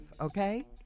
okay